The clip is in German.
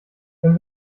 wenn